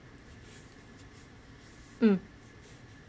um